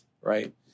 right